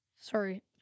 Sorry